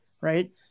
right